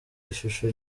ishusho